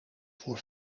voor